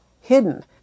hidden